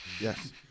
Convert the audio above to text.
yes